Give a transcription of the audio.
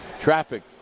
traffic